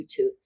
YouTube